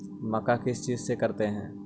मक्का किस चीज से करते हैं?